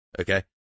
okay